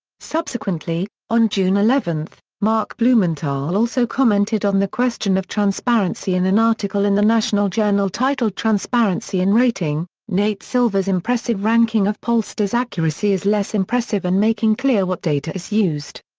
subsequently, on june eleven, mark blumenthal also commented on the question of transparency in an article in the national journal titled transparency in rating nate silver's impressive ranking of pollsters' accuracy is less impressive in making clear what data is used.